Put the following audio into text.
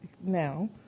now